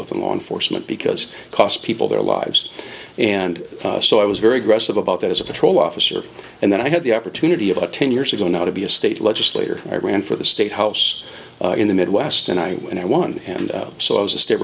with them on fortunate because cost people their lives and so i was very aggressive about that as a patrol officer and then i had the opportunity about ten years ago now to be a state legislator i ran for the state house in the midwest and i and i won and so i was a state